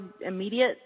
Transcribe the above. immediate